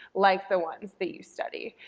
like the ones that you study.